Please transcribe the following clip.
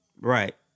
Right